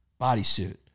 bodysuit